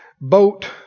boat